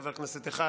חבר כנסת אחד,